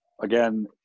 Again